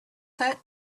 that